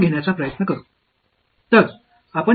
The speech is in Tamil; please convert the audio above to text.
எனவே படிப்படியாக அதன் வழியாக செல்வோம்